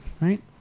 right